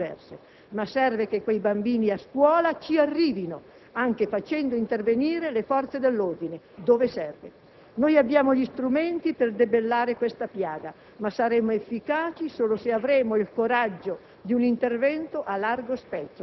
anche alle provenienze culturali diverse, ma è necessario che quei bambini a scuola ci arrivino, anche facendo intervenire - dove serve - le forze dell'ordine. Noi abbiamo gli strumenti per debellare questa piaga ma saremo efficaci solo se avremo il coraggio